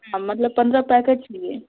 हाँ मतलब पंद्रह पैकेट चाहिए